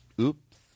Oops